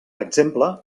exemple